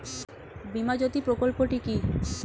বীমা জ্যোতি প্রকল্পটি কি?